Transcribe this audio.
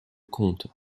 comte